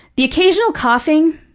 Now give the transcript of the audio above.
the occasional coughing,